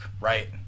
right